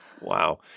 Wow